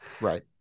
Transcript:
Right